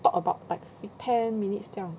talk about like fif~ ten minutes 这样